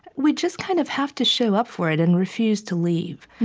we just kind of have to show up for it and refuse to leave.